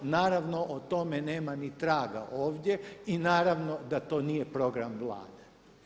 Naravno o tome nema ni traga ovdje i naravno da to nije program Vlade.